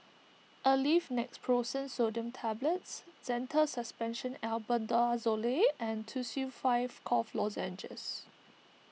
Aleve Naproxen Sodium Tablets Zental Suspension Albendazole and Tussils five Cough Lozenges